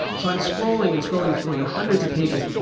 so um scrolling and scrolling scrolling and hundreds of pages.